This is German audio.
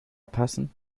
passen